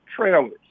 trailers